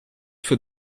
for